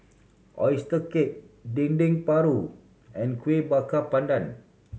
oyster cake Dendeng Paru and Kueh Bakar Pandan